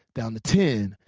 down to ten,